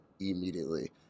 immediately